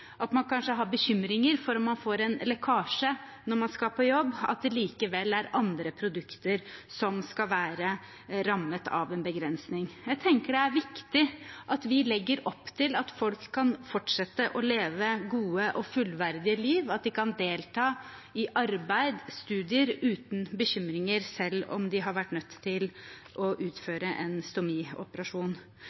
at man kanskje har bekymringer for om man får en lekkasje når man skal på jobb – at det likevel er andre produkter som skal være rammet av en begrensning. Jeg tenker det er viktig at vi legger opp til at folk kan fortsette å leve et godt og fullverdig liv, at de kan delta i arbeid og studier uten bekymringer, selv om de har vært nødt til å utføre en stomioperasjon.